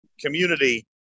Community